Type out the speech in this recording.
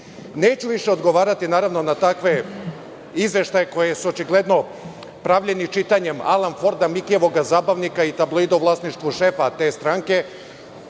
više odgovarati na takve izveštaje koji su očigledno pravljeni čitanjem Alan Forda, Mikijevog zabavnika i tabloida u vlasništvu šefa te stranke.